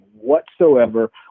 whatsoever